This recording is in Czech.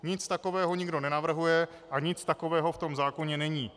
Nic takového nikdo nenavrhuje a nic takového v tom zákoně není.